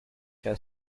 your